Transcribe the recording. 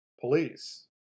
police